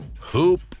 Hoop